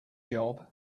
job